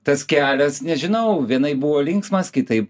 tas kelias nežinau vienaip buvo linksmas kitaip